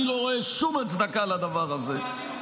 אני לא רואה שום הצדקה לדבר הזה.